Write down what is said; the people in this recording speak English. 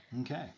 Okay